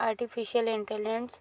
artificial intelligence